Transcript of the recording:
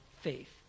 faith